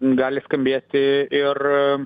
gali skambėti ir